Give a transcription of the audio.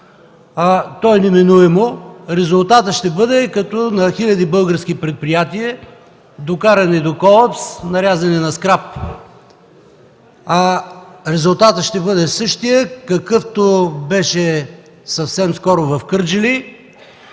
е неминуемо. Резултатът ще бъде като на хиляди български предприятия, докарани до колапс, нарязани на скрап. Резултатът ще бъде същият, какъвто беше съвсем скоро в Кърджали